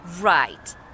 Right